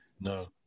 no